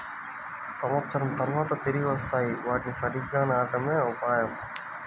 సంవత్సరం తర్వాత తిరిగి వస్తాయి, వాటిని సరిగ్గా నాటడమే ఉపాయం